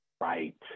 right